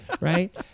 Right